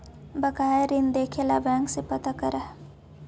बकाया ऋण देखे ला बैंक से पता करअ